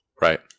right